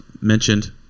mentioned